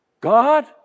God